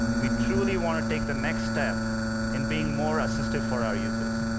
we truly want to take the next step in being more assistive for our users.